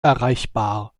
erreichbar